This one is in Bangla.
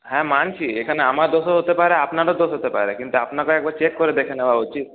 হ্যাঁ মানছি এখানে আমার দোষও হতে পারে আপনারও দোষ হতে পারে কিন্তু আপনাকেও একবার চেক করে দেখে নেওয়া উচিৎ